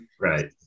Right